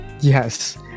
Yes